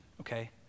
Okay